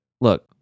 look